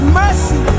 mercy